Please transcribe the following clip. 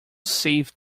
saved